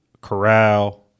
corral